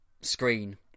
screen